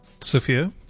Sophia